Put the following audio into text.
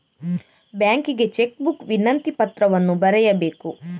ಬ್ಯಾಂಕಿಗೆ cheque book ವಿನಂತಿ ಪತ್ರವನ್ನು ಬರೆಯಬೇಕು